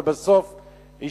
אבל בסוף השתכנעו,